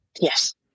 Yes